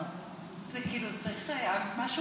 לא, משהו